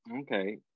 Okay